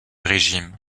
régime